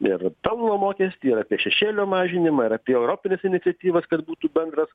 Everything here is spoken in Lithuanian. ir pelno mokestį ir apie šešėlio mažinimą ir apie europines iniciatyvas kad būtų bendras